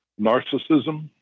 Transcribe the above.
narcissism